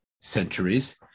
centuries